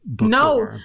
no